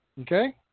okay